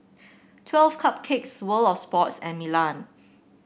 Twelve Cupcakes World Of Sports and Milan